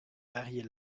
varier